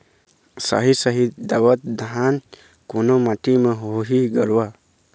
साही शाही दावत धान कोन माटी म होही गरवा?